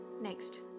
Next